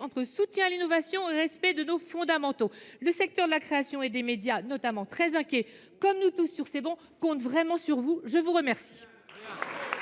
entre soutien à l’innovation et respect de nos fondamentaux ? Le secteur de la création et des médias notamment, très inquiet comme nous tous sur ces travées, compte sur vous. La parole